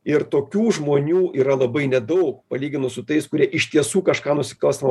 ir tokių žmonių yra labai nedaug palyginus su tais kurie iš tiesų kažką nusikalstamo